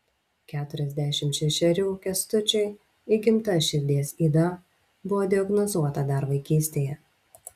keturiasdešimt šešerių kęstučiui įgimta širdies yda buvo diagnozuota dar vaikystėje